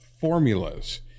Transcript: formulas